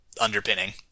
underpinning